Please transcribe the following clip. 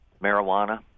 marijuana